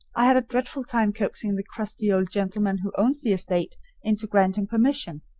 i had a dreadful time coaxing the crusty old gentleman who owns the estate into granting permission.